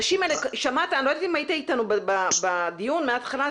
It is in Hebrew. אני לא יודעת אם היית בדיון מהתחלה.